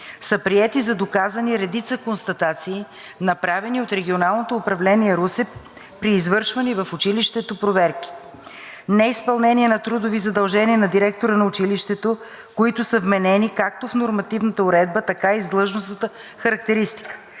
са приети за доказани редица констатации, направени от Регионалното управление – Русе, при извършвани в училището проверки. Неизпълнение на трудови задължения на директора на училището, които са вменени както в нормативната уредба, така и в длъжностната характеристика,